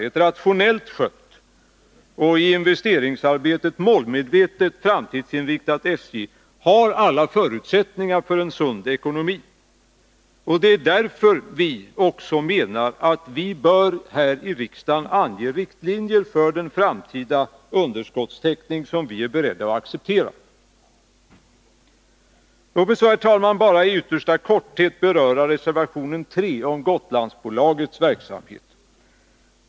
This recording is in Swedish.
Ett rationellt skött och i investeringsarbetet målmedvetet framtidsinriktat SJ har alla förutsättningar för en sund ekonomi. Det är därför vi också menar att vi här i riksdagen bör ange riktlinjer för den framtida underskottstäckning som vi är beredda att acceptera. Låt mig så, herr talman, bara i yttersta korthet beröra reservationen 3 om Rederi AB Gotlands verksamhet.